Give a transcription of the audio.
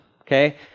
okay